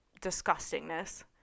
disgustingness